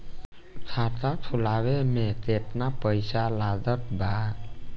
खाता खुलावे म केतना पईसा लागत बा?